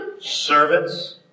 servants